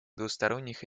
двусторонних